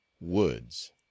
woods